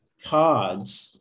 cards